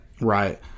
Right